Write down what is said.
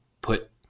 put